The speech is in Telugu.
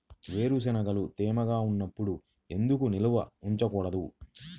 వేరుశనగలు తేమగా ఉన్నప్పుడు ఎందుకు నిల్వ ఉంచకూడదు?